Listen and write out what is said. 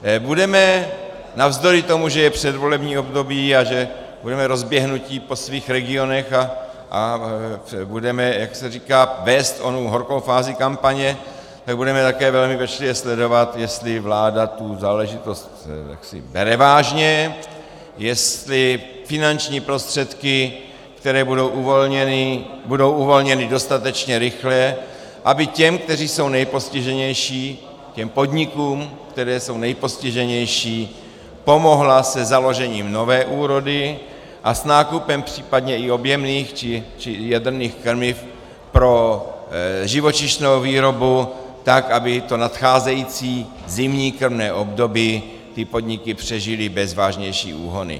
Budeme navzdory tomu, že je předvolební období a že budeme rozběhnutí po svých regionech a budeme, jak se říká, vést onu horkou fázi kampaně, budeme také velmi pečlivě sledovat, jestli vláda tu záležitost bere vážně, jestli finanční prostředky, které budou uvolněny, budou uvolněny dostatečně rychle, aby těm, kteří jsou nejpostiženější, těm podnikům, které jsou nejpostiženější, pomohla se založením nové úrody a s nákupem případně i objemných či jadrných krmiv pro živočišnou výrobu, tak aby nadcházející zimní krmné období ty podniky přežily bez vážnější úhony.